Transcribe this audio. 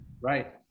Right